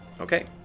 Okay